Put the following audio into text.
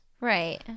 Right